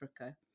Africa